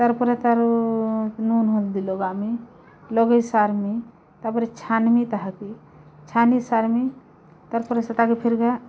ତାର୍ ପରେ ତାର୍ ନୁନ୍ ହଲଦୀ ଲଗାମି ଲଗେଇ ସାର୍ମି ତାର୍ ପରେ ଛାନ୍ମି ତାହାକେ ଛାନି ସାର୍ମି ତାର୍ ପରେ ସେଟାକେ ଫେର୍ ଘାଏ